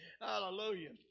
Hallelujah